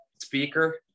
speaker